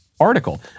article